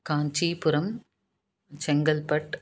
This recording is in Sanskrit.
काञ्चीपुरं चङ्गल्पट्